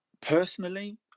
Personally